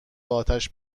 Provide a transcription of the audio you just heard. اتش